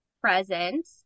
present